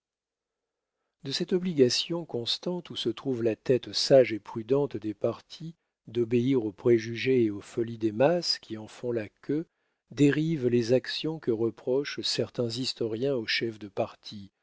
de cette obligation constante où se trouve la tête sage et prudente des partis d'obéir aux préjugés et aux folies des masses qui en font la queue dérivent les actions que reprochent certains historiens aux chefs de parti